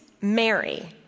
Mary